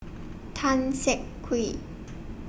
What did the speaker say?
Tan Siak Kew